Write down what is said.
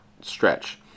stretch